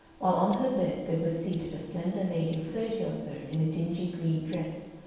while on her bed there was seated a slender lady of thirty or so in a dingy green dress,